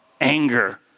anger